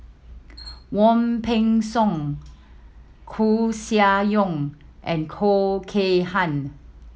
Wong Peng Soon Koeh Sia Yong and Khoo Kay Hian